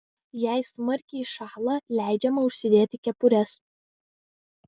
jei smarkiai šąla leidžiama užsidėti kepures